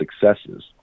successes